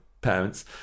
parents